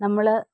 നമ്മൾ